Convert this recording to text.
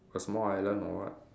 a small island or what